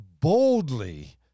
boldly